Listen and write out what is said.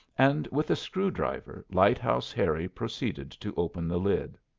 and with a screw-driver lighthouse harry proceeded to open the lid.